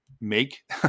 make